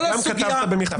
אתה גם כתבת במכתב.